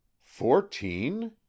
fourteen